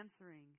answering